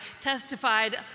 testified